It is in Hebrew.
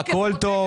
הכול טוב.